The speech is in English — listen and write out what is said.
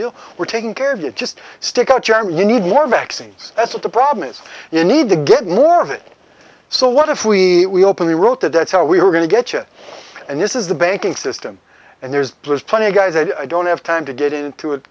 deal we're taking care of you just stick out your arm you need more vaccines that's what the problem is you need to get more of it so what if we open the route that's how we were going to get it and this is the banking system and there's plenty of guys i don't have time to get into it